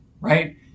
right